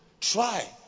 try